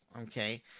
okay